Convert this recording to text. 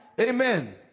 Amen